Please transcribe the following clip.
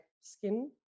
skin